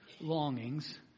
longings